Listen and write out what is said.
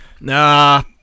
Nah